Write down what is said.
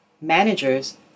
Managers